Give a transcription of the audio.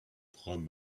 from